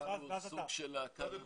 אני